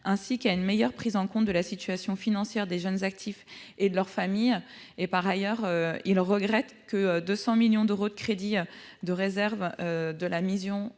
question et à mieux prendre en compte la situation financière des jeunes actifs et de leur famille. Par ailleurs, il regrette que 200 millions d'euros de crédits de réserve de la mission